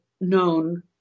known